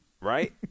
right